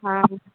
हँ